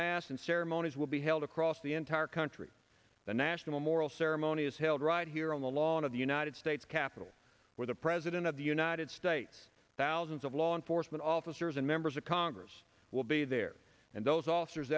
mast and ceremonies will be held across the entire country the national memorial ceremony is held right here on the lawn of the united states capitol where the president of the united states thousands of law enforcement officers and members of congress will be there and those officers